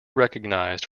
recognized